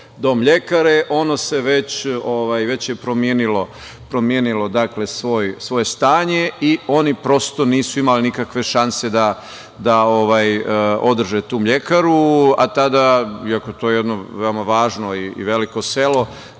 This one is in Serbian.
ono se već promenilo svoje stanje i oni prosto nisu imali nikakve šanse da održe tu mlekaru, a tada i ako to je veoma važno i veliko selo,